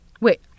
Wait